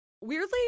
weirdly